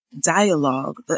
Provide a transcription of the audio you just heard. dialogue